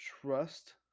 trust